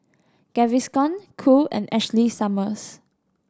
Gaviscon Cool and Ashley Summers